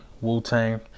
Wu-Tang